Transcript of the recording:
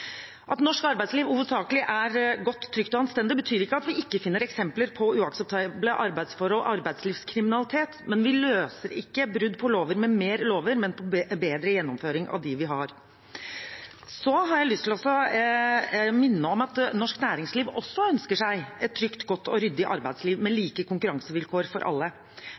At norsk arbeidsliv hovedsakelig er godt, trygt og anstendig, betyr ikke at vi ikke finner eksempler på uakseptable arbeidsforhold og arbeidslivskriminalitet, men vi løser ikke brudd på loven med mer lover, men med bedre gjennomføring av dem vi har. Jeg har lyst til å minne om at norsk næringsliv også ønsker seg et trygt, godt og ryddig arbeidsliv med like konkurransevilkår for alle.